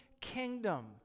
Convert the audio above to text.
kingdom